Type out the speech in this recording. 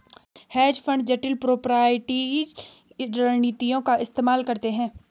hedge fund जटिल proprietary रणनीतियों का इस्तेमाल करते हैं